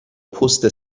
پست